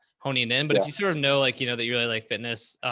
honing and in, but if you feel them know, like, you know, that you really like fitness,